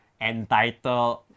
entitled